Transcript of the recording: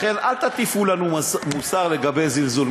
לכן, אל תטיפו לנו מוסר לגבי זלזול.